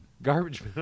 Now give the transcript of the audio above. Garbage